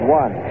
one